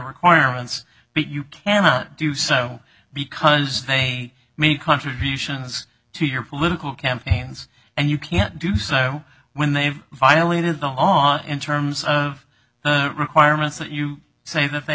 requirements but you cannot do so because they make contributions to your political campaigns and you can't do so when they have violated the law in terms of the requirements that you say that they